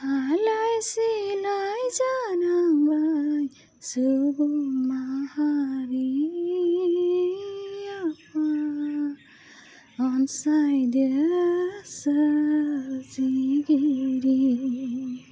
आलाइ सिलाइ जानांबाय सुबुं माहारि आफा अनसाइदो सोरजिगिरि